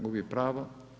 Gubi pravo.